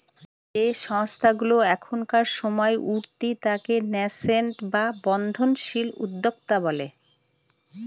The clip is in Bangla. যে সংস্থাগুলা এখনকার সময় উঠতি তাকে ন্যাসেন্ট বা বর্ধনশীল উদ্যোক্তা বলে